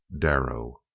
Darrow